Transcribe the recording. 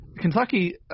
Kentucky